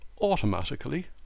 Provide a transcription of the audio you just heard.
automatically